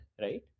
right